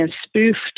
spoofed